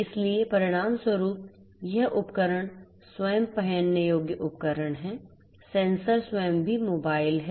इसलिए परिणामस्वरूप यह उपकरण स्वयं पहनने योग्य उपकरण हैं सेंसर स्वयं भी मोबाइल हैं